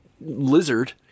lizard